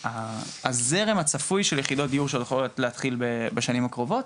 הזרם הצפוי של יחידות הדיור שהולכות להתחיל בשנים הקרובות.